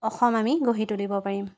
অসম আমি গঢ়ি তুলিব পাৰিম